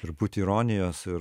truputį ironijos ir